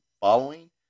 following